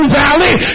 valley